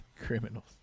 Criminals